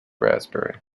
raspberry